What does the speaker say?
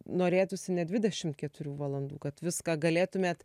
norėtųsi ne dvidešim keturių valandų kad viską galėtumėt